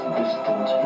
distant